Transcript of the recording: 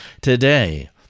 today